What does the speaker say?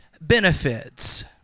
benefits